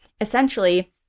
essentially